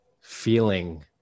feeling